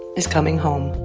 is coming home